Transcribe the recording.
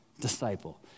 disciple